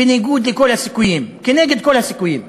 בניגוד לכל הסיכויים, כנגד כל הסיכויים,